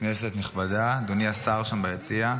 כנסת נכבדה, אדוני השר שם ביציע,